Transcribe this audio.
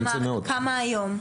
כמה יש היום?